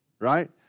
right